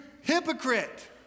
hypocrite